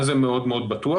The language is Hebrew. מה זה "מאוד מאוד בטוח"?